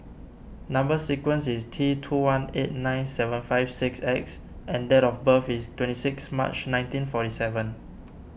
Number Sequence is T two one eight nine seven five six X and date of birth is twenty six March nineteen forty seven